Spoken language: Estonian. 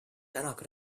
tänak